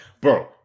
Bro